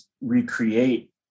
recreate